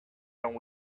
and